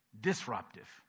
disruptive